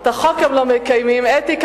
את החוק הם לא מקיימים, את רוצה אתיקה?